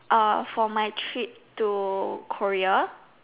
for my trip to Korea